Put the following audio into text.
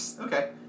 Okay